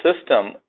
system